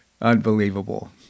Unbelievable